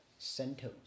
CentOS